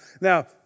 now